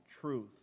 truth